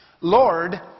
Lord